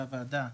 לוועדה,